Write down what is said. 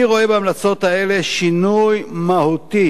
אני רואה בהמלצות האלה שינוי מהותי